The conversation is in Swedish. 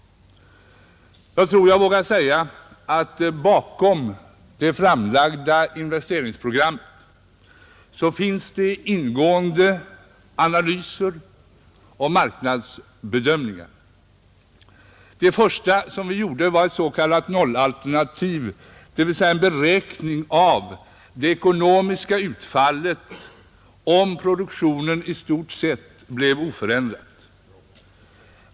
Jag tror jag vågar säga att bakom det framlagda investeringsprogrammet finns ingående analyser och marknadsbedömningar. Det första som vi gjorde var ett s, k, nollalternativ, dvs, en beräkning av det ekonomiska utfallet, om produktionen i stort sett blev oförändrad.